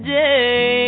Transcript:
day